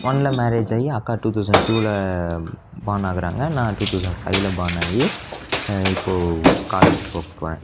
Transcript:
ஒன்னில் மேரேஜ் ஆகி அக்கா டூ தௌசன்ட் டூவில் பார்ன் ஆகுகிறாங்க நான் டூ தௌசன்ட் ஃபைவ்வில் பார்ன் ஆகி இப்போது காலேஜ் போ போகிறேன்